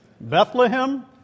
Bethlehem